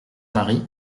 mari